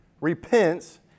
repents